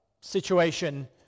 situation